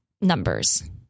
numbers